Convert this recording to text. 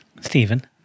Stephen